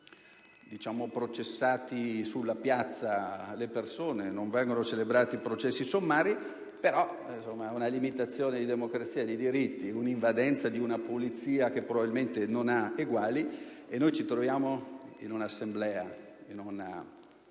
vengono processate in piazza le persone, non vengono celebrati processi sommari, ma vi è una limitazione di democrazia dei diritti, un'invadenza di una polizia che probabilmente non ha eguali. Ci troviamo in una Assemblea, in un emiciclo